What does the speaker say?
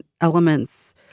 elements